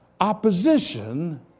opposition